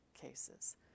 cases